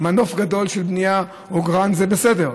מנוף גדול של בנייה או עגורן זה בסדר,